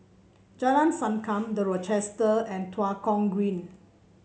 Jalan Sankam The Rochester and Tua Kong Green